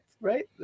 right